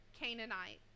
Canaanite